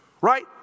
right